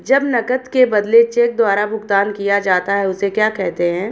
जब नकद के बदले चेक द्वारा भुगतान किया जाता हैं उसे क्या कहते है?